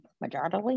majority